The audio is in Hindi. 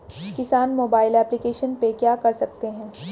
किसान मोबाइल एप्लिकेशन पे क्या क्या कर सकते हैं?